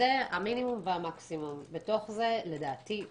אלו המינימום והמקסימום בתוך זה עדיף